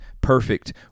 perfect